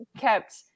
kept